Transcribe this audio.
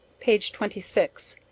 page twenty six.